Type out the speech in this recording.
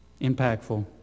impactful